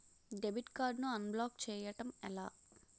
Debit card ను unblock block చేయటం ఎలా?